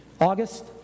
August